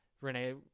Renee